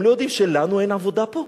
הם לא יודעים שלנו אין עבודה פה?